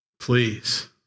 Please